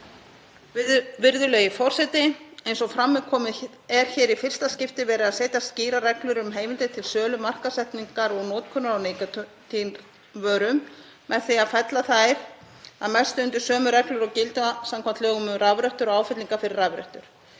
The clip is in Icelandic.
Virðulegi forseti. Eins og fram kom er hér í fyrsta skipti verið að setja skýrar reglur um heimildir til sölu, markaðssetningar og notkunar á nikótínvörum með því að fella þær að mestu undir sömu reglur og gilda samkvæmt lögum um rafrettur og áfyllingar fyrir rafrettur.